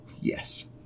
Yes